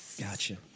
Gotcha